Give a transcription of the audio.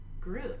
group